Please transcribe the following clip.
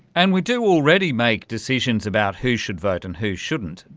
and we do already make decisions about who should vote and who shouldn't.